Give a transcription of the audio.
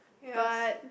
yes